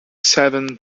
seven